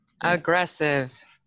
aggressive